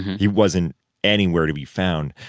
he wasn't anywhere to be found.